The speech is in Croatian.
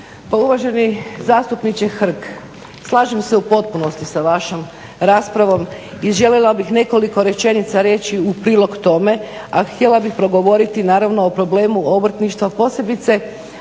Pa uvaženi zastupniče Hrg. Slažem se u potpunosti sa vašom raspravom i željela bih nekoliko rečenica reći u prilog tome. A htjela bih progovoriti naravno o problemu obrtništva posebice